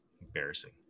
embarrassing